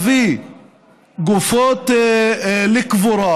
להביא גופות לקבורה